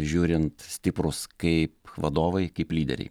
žiūrint stiprūs kaip vadovai kaip lyderiai